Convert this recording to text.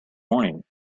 morning